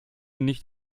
nicht